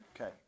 Okay